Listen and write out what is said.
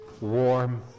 warm